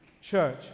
church